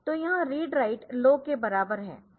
तो यह read write low के बराबर है